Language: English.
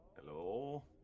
hello